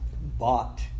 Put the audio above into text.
bought